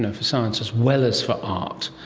ah for science as well as for art,